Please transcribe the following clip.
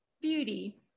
beauty